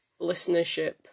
listenership